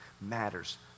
matters